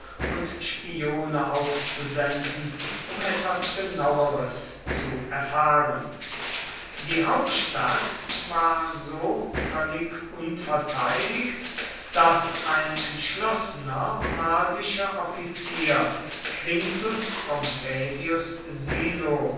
und spione auszusenden um etwas genaueres zu erfahren die hauptstadt war so völlig unverteidigt daß ein entschlossener marsischer offizier quintus pompaedius silo